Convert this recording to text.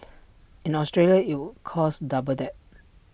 in Australia IT would cost double that